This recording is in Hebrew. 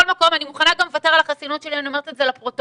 אני מוכנה גם לוותר על החסינות שלי אני אומרת את זה לפרוטוקול,